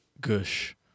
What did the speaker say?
gush